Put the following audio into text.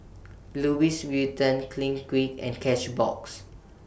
Louis Vuitton Clinique and Cashbox